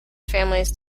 families